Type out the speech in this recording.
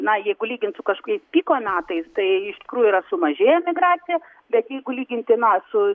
na jeigu lygint su kažkokiais piko metais tai iš tikrųjų yra sumažėja emigracija bet jeigu lyginti na su